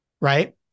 Right